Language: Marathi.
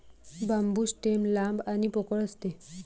बांबू स्टेम लांब आणि पोकळ असते